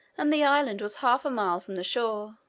and the island was half a mile from the shore.